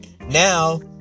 Now